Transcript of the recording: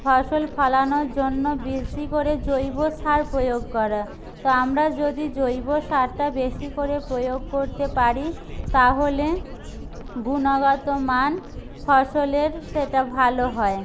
ফসল ফলানোর জন্য বেশি করে জৈবসার প্রয়োগ করা তা আমরা যদি জৈবসারটা বেশি করে প্রয়োগ করতে পারি তাহলে গুণগত মান ফসলের সেটা ভালো হয়